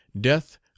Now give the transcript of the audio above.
death